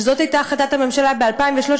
וזאת הייתה החלטת הממשלה ב-2013,